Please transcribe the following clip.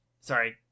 sorry